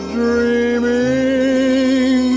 dreaming